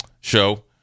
show